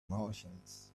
martians